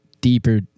deeper